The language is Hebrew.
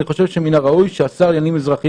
אני חושב שמן הראוי שהשר לעניינים אזרחיים